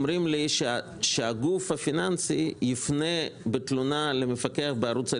אומרים לי שהגוף הפיננסי יפנה בתלונה לפקח בערוץ הרשמי.